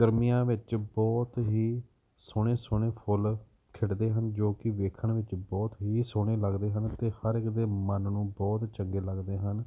ਗਰਮੀਆਂ ਵਿੱਚ ਬਹੁਤ ਹੀ ਸੋਹਣੇ ਸੋਹਣੇ ਫੁੱਲ ਖਿੜ੍ਹਦੇ ਹਨ ਜੋ ਕਿ ਵੇਖਣ ਵਿੱਚ ਬਹੁਤ ਹੀ ਸੋਹਣੇ ਲੱਗਦੇ ਹਨ ਅਤੇ ਹਰ ਇੱਕ ਦੇ ਮਨ ਨੂੰ ਬਹੁਤ ਚੰਗੇ ਲੱਗਦੇ ਹਨ